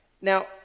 Now